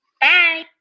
Bye